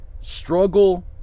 struggle